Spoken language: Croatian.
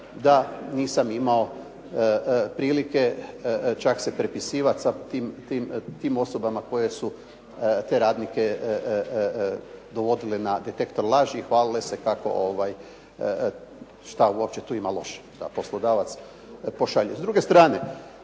da nisam imao prilike čak se prepisivati sa tim osobama koje su te radnike dovodile na detektor laži i hvalile se kako, šta uopće tu ima loše da poslodavac pošalje.